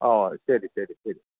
ഓ ശരി ശരി ശരി